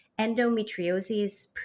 endometriosis